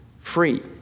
free